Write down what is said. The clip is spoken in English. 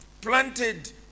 planted